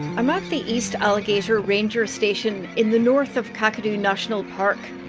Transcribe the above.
i'm at the east alligator ranger station in the north of kakadu national park.